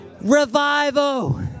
revival